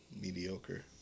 mediocre